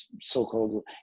so-called